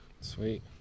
sweet